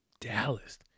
dallas